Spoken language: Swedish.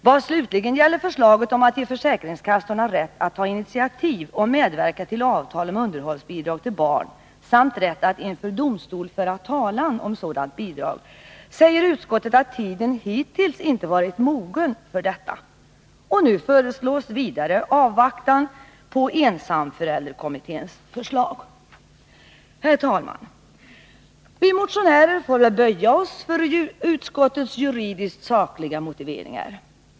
Vad slutligen gäller förslaget om att ge försäkringskassorna rätt att ta initiativ och medverka till avtal om underhållsbidrag till barn samt rätt att inför domstol föra talan om sådant bidrag säger utskottet att tiden hittills inte har varit mogen för detta. Nu föreslås vidare avvaktan på ensamförälderkommitténs förslag. Herr talman! Vi motionärer får väl böja oss för utskottets juridiskt sakliga motiveringar.